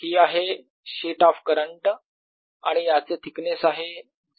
ही आहे sheet of current आणि याचे थिकनेस आहे 0